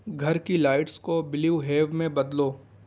گھر کی لائٹس کو بلیو ہیو میں بدلو